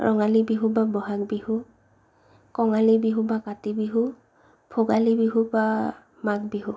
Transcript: ৰঙালী বিহু বা বহাগ বিহু কঙালী বিহু বা কাতি বিহু ভোগালী বিহু বা মাঘ বিহু